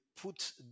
put